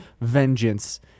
vengeance